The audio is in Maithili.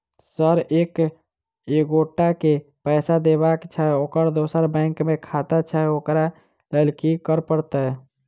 सर एक एगोटा केँ पैसा देबाक छैय ओकर दोसर बैंक मे खाता छैय ओकरा लैल की करपरतैय?